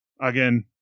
Again